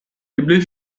eble